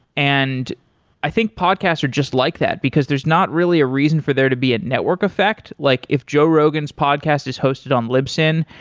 and i think podcasts are just like that, because there's not really a reason for there to be a network effect. like if joe rogan's podcast is hosted on libsyn,